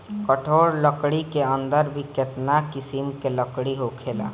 कठोर लकड़ी के अंदर भी केतना किसिम के लकड़ी होखेला